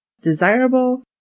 desirable